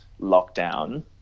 lockdown